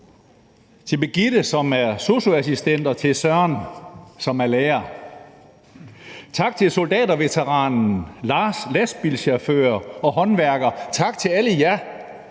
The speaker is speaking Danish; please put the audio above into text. til Birgitte, som er sosu-assistent, og til Søren, som er lærer, tak til soldaterveteranen Lars, lastbilchauffører og håndværkere, tak til alle jer,